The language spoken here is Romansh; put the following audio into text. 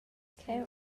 cheu